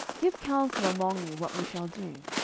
give counsel among you what we shall do.